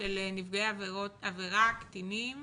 של נפגעי עבירה קטינים